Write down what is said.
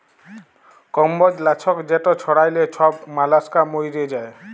কম্বজ লাছক যেট ছড়াইলে ছব মলাস্কা মইরে যায়